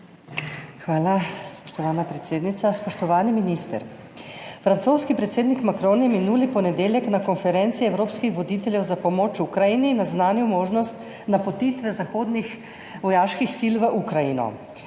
Hvala, spoštovana predsednica. Spoštovani minister! Francoski predsednik Macron je minuli ponedeljek na konferenci evropskih voditeljev za pomoč Ukrajini naznanil možnost napotitve zahodnih vojaških sil v Ukrajino.